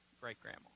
great-grandma